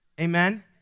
amen